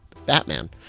batman